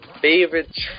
favorite